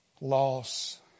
Loss